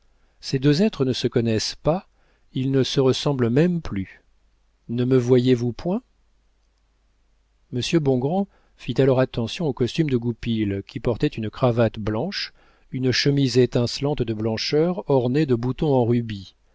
ces deux êtres ne se connaissent pas ils ne se ressemblent même plus ne me voyez-vous point monsieur bongrand fit alors attention au costume de goupil qui portait une cravate blanche une chemise étincelante de blancheur ornée de boutons en rubis